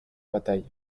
bataille